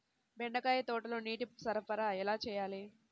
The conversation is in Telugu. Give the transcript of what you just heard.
బెండకాయ తోటలో నీటి సరఫరా ఎలా చేయాలి?